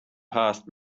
past